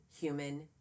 human